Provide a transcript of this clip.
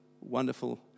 wonderful